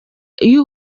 iyo